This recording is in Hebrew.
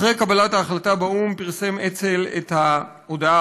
אחרי קבלת ההחלטה באו"ם פרסם אצ"ל את ההודעה